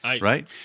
Right